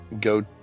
go